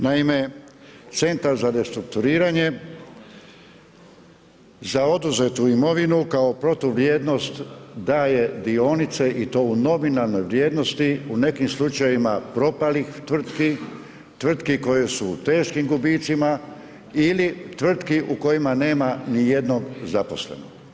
Naime, Centar za restrukturiranje, za oduzetu imovinu kao protuvrijednost daje dionice i to u nominalnoj vrijednosti, u nekim slučajevima, propalih tvrtki, tvrtki koje su u teškim gubitcima ili tvrtki u kojima nema ni jednog zaposlenog.